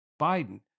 Biden